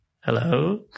hello